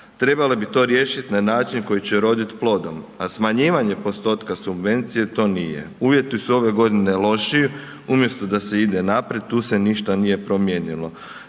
trebale bi to riješiti na način koji će urodit plodom. A smanjivanje postotka subvencije to nije. Uvjeti su ove godine lošiji umjesto da se ide naprijed tu se ništa nije promijenilo.